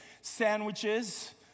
sandwiches